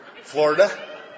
Florida